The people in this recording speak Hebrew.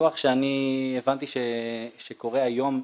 מהפילוח שהבנתי שקורה היום בשטח,